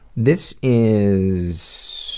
this is